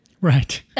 Right